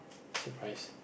surprise